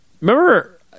remember